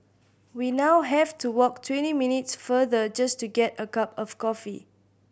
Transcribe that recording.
we now have to walk twenty minutes further just to get a cup of coffee